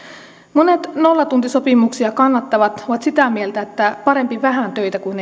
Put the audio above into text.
monet nollatuntisopimuksia kannattavat ovat sitä mieltä että parempi vähän töitä kuin